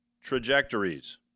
trajectories